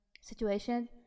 situation